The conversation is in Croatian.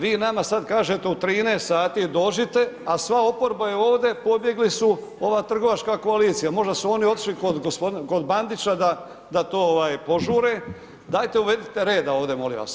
Vi nama sad kažete u 13 sati dođite a sva oporba je ovdje, pobjegli su, ova trgovačka koalicija, možda su oni otišli kod Bandića da to požure, dajte uvedite reda ovdje, molim vas.